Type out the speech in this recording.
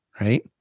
Right